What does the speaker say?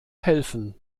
helfen